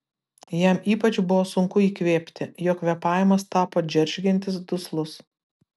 jam ypač buvo sunku įkvėpti jo kvėpavimas tapo džeržgiantis duslus